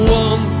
one